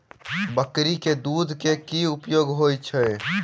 बकरी केँ दुध केँ की उपयोग होइ छै?